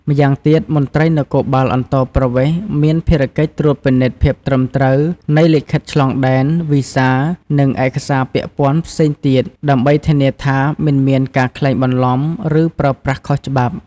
ម្យ៉ាងទៀតមន្ត្រីនគរបាលអន្តោប្រវេសន៍មានភារកិច្ចត្រួតពិនិត្យភាពត្រឹមត្រូវនៃលិខិតឆ្លងដែន វីសា និងឯកសារពាក់ព័ន្ធផ្សេងទៀត ដើម្បីធានាថាមិនមានការក្លែងបន្លំ ឬប្រើប្រាស់ខុសច្បាប់។